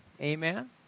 Amen